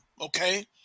okay